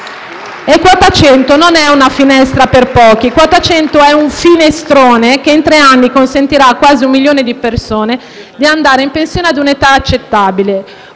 100 non è una finestra per pochi, ma un finestrone che in tre anni consentirà a quasi un milione di persone di andare in pensione a un'età accettabile,